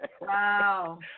Wow